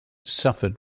suffered